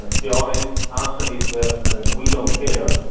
ah the honest answer is ah we don't care,